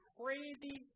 crazy